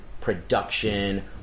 production